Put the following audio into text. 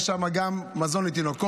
יש שם גם מזון לתינוקות,